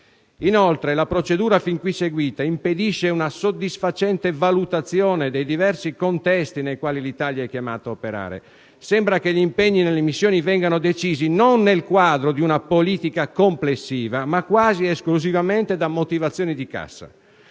Inoltre, la procedura fin qui seguita impedisce una soddisfacente valutazione dei diversi contesti nei quali l'Italia è chiamata ad operare. Sembra che gli impegni nelle missioni vengano decisi non nel quadro di una politica complessiva, ma quasi esclusivamente da motivazioni di cassa.